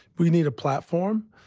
we need a platform.